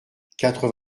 quatre